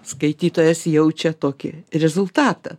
skaitytojas jaučia tokį rezultatą